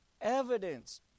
Evidence